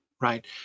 right